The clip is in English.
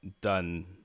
done